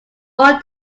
all